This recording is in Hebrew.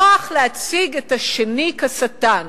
נוח להציג את השני כשטן.